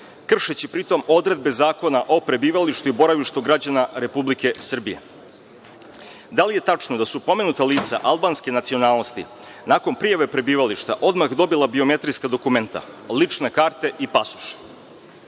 kršeći pri tom, odredbe Zakona o prebivalištu i boravištu građana Republike Srbije:Da li je tačno da su pomenuta lica albanske nacionalnosti nakon prijave prebivališta odmah dobila biometrijska dokumenta, lične karte i pasoše?